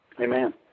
Amen